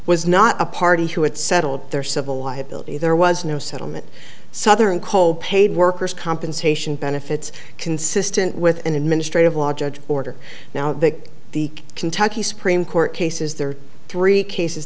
was not a party who had settled their civil liability there was no settlement southern coal paid workers compensation benefits consistent with an administrative law judge order now that the kentucky supreme court cases there are three cases